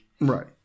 right